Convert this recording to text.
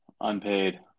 Unpaid